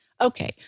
Okay